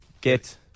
get